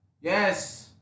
Yes